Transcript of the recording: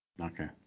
Okay